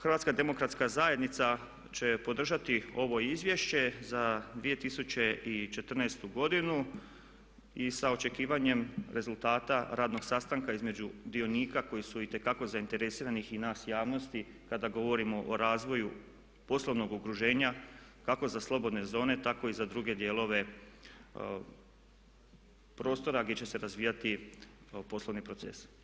HDZ će podržati ovo izvješće za 2014. godinu i sa očekivanjem rezultata radnog sastanka između dionika koji su itekako zainteresirani i nas javnosti kada govorimo o razvoju poslovnog okruženja kako za slobodne zone tako i za druge dijelove prostora gdje će se razvijati poslovni procesi.